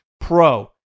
pro